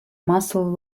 muscle